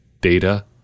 data